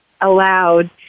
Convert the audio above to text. allowed